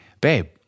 babe